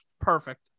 Perfect